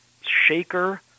shaker